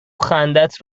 خندت